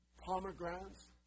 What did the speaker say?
pomegranates